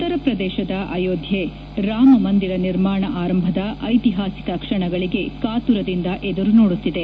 ಉತ್ತರ ಪ್ರದೇಶದ ಅಯೋಧ್ಯೆ ರಾಮ ಮಂದಿರ ನಿರ್ಮಾಣ ಆರಂಭದ ಐತಿಹಾಸಿಕ ಕ್ಷಣಗಳಿಗೆ ಕಾತುರದಿಂದ ಎದುರು ನೋಡುತ್ತಿದೆ